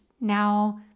now